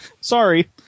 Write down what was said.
Sorry